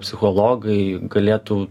psichologai galėtų